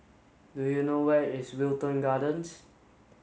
do you know where is Wilton Gardens